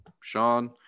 Sean